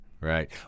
Right